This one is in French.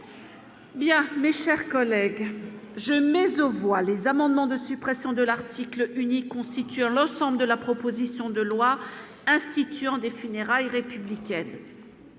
Bien, mes chers collègues, je mise aux voix les amendements de suppression. Sont de l'article unique constitue un ensemble de la proposition de loi instituant des funérailles républicaine,